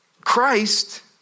Christ